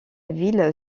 ville